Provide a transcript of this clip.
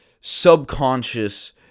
subconscious